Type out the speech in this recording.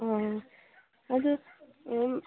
ꯑꯥ ꯑꯗꯨ